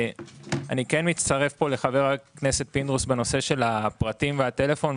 אני מצטרף לחבר הכנסת פינדרוס בנושא הפרטים והטלפון,